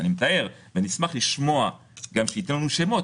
זכותך לבקר אותו.